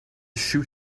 shoot